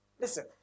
Listen